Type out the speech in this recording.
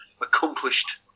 accomplished